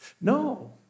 No